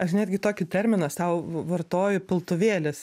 aš netgi tokį terminą sau vartoju piltuvėlis